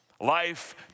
Life